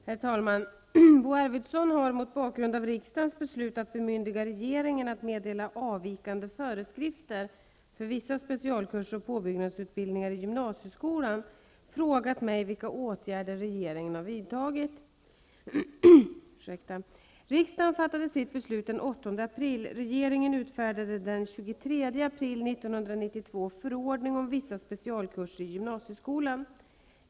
Herr talman! Bo Arvidson har mot bakgrund av riksdagens beslut att bemyndiga regeringen att meddela avvikande föreskrifter för vissa specialkurser och påbyggnadsutbildningar i gymnasieskolan frågat mig vilka åtgärder regeringen har vidtagit. Regeringen utfärdade den 23 april 1992 förordning om vissa specialkurser i gymnasiekolan.